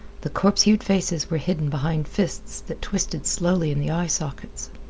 the corpse-hued faces were hidden behind fists that twisted slowly in the eye sockets.